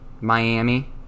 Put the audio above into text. Miami